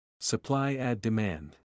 Supply-add-demand